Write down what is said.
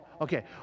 Okay